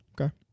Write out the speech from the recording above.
Okay